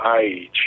age